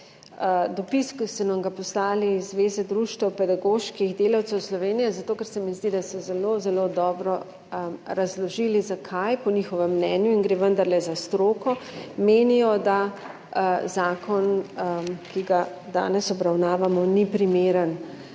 dopis, ki so nam ga poslali iz Zveze društev pedagoških delavcev Slovenije, zato ker se mi zdi, da so zelo zelo dobro razložili, zakaj, in gre vendarle za stroko, menijo, da zakon, ki ga danes obravnavamo, ni primeren